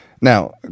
Now